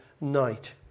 night